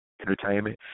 entertainment